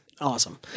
awesome